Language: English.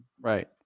Right